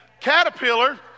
Caterpillar